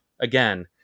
again